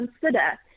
consider